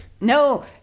No